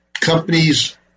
companies